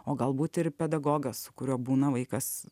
o galbūt ir pedagogas su kurio būna vaikas